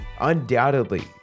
Undoubtedly